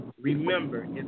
Remember